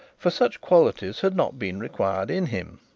for such qualities had not been required in him.